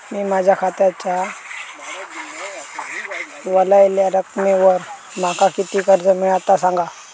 मी माझ्या खात्याच्या ऱ्हवलेल्या रकमेवर माका किती कर्ज मिळात ता सांगा?